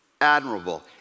admirable